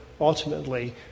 ultimately